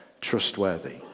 trustworthy